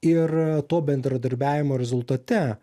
ir to bendradarbiavimo rezultate